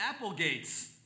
Applegates